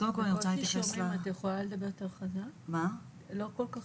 כמשרד אני רוצה להתייחס לסיפור האישי, כי כל פעם